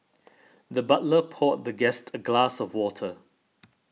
the butler poured the guest a glass of water